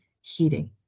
heating